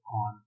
on